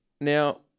now